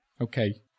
Okay